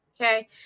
Okay